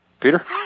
Peter